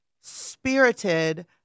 spirited